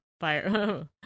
fire